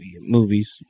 movies